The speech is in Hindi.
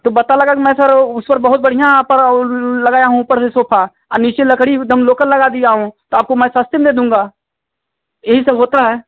तो बता लगा कि ना सर उस पर बहुत बढ़िया आपर लगाया हूँ ऊपर से सोफा नीचे लकड़ी एकदम लोकल लगा दिया हूँ तो आपको मैं सस्ते में दूँगा यही सब होता है